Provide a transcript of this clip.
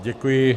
Děkuji.